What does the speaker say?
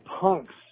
punks